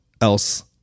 else